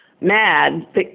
mad